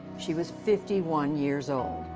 she was fifty one years old.